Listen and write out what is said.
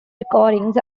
recordings